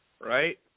Right